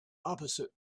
opposite